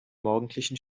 morgendlichen